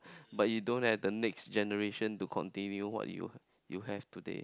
but you don't have the next generation to continue what you you have today